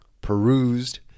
perused